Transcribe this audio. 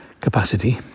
capacity